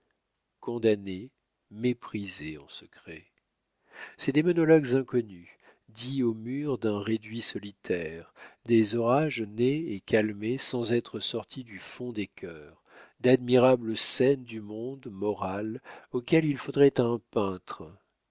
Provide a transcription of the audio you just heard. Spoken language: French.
condamnée méprisée en secret c'est des monologues inconnus dits aux murs d'un réduit solitaire des orages nés et calmés sans être sortis du fond des cœurs d'admirables scènes du monde moral auxquelles il faudrait un peintre